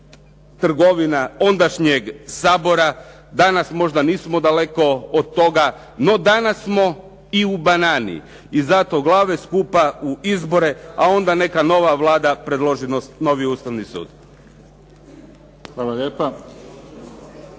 trgovina ondašnjeg Sabora. Danas možda nismo daleko od toga, no danas smo i u banani. I zato glave skupa u izbore, a onda neka nova Vlada predloži novi Ustavni sud. **Mimica,